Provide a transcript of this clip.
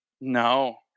No